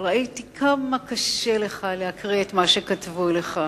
אבל ראיתי כמה קשה לך להקריא את מה שכתבו לך.